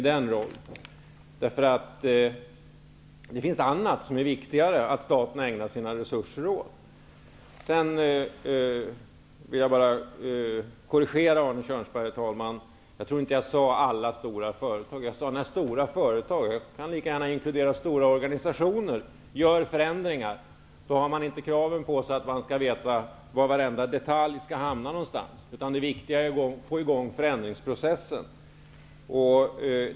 Det finns annat, som det är viktigare att staten ägnar sina resurser åt. Herr talman! Jag vill bara korrigera Arne Kjörnsberg. Jag tror inte att jag sade ''alla stora företag''. Jag sade ''när stora företag'', vilket lika gärna inkluderar stora organisationer. När de stora organisationerna gör förändringar finns det inga krav på att man i varje detalj skall veta var allt hamnar någonstans. Det viktiga är i stället att få i gång en förändringsprocess.